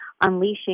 unleashing